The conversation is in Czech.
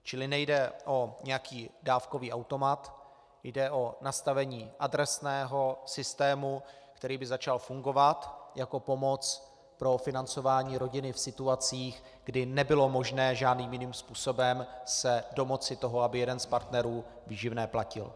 Čili nejde o nějaký dávkový automat, jde o nastavení adresného systému, který by začal fungovat jako pomoc pro financování rodiny v situacích, kdy nebylo možné žádným jiným způsobem se domoci toho, aby jeden z partnerů výživné platil.